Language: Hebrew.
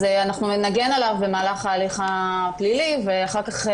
אנחנו נגן עליו במהלך ההליך הפלילי, ואחר כך,